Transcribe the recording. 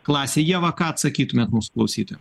klasėj ieva ką atsakytumėt mūsų klausytojam